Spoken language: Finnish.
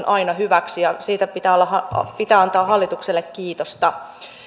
aina hyväksi ja siitä pitää antaa hallitukselle kiitosta